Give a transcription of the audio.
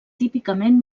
típicament